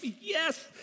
yes